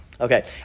Okay